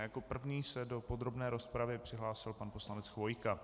Jako první se do podrobné rozpravy přihlásil pan poslanec Chvojka.